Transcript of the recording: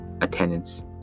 attendance